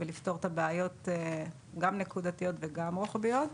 ולפתור את הבעיות הנקודתיות והרוחביות.